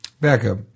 Backup